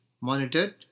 monitored